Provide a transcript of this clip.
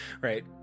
Right